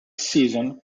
season